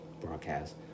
broadcast